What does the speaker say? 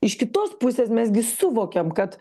iš kitos pusės mes gi suvokiam kad